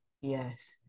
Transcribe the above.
yes